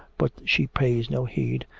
but she pays no heed,